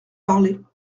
parler